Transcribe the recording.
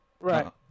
right